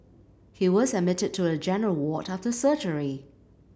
he was admitted to a general ward after surgery